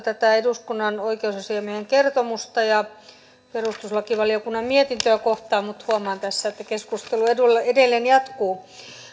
tätä eduskunnan oikeusasiamiehen kertomusta ja perustuslakivaliokunnan mietintöä kohtaan mutta huomaan tässä että keskustelu edelleen jatkuu